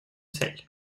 цель